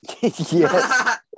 Yes